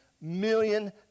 million